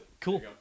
Cool